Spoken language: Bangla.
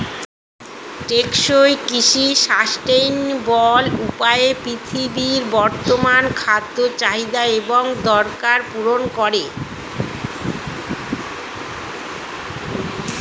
টেকসই কৃষি সাস্টেইনেবল উপায়ে পৃথিবীর বর্তমান খাদ্য চাহিদা এবং দরকার পূরণ করে